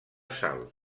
sal